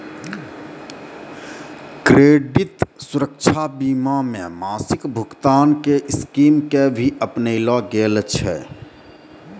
credit सुरक्षा बीमा मे मासिक भुगतान के स्कीम के भी अपनैलो गेल छै